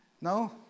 No